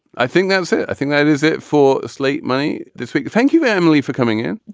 i think that's it. i think that is it for slate. money this week. thank you, emily, for coming in.